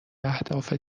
اهداف